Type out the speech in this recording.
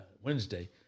Wednesday